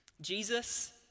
Jesus